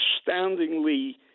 astoundingly